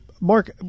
Mark